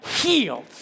healed